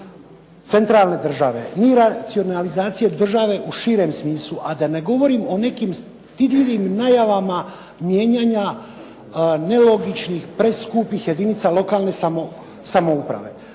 centralne države, ni racionalizacije države u širem smislu, a da ne govorim o nekim stidljivim najavama mijenjanja nelogičnih preskupih jedinica lokalne samouprave.